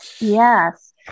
Yes